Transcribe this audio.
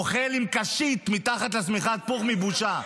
אוכל עם קשית מתחת לשמיכת פוך, מבושה.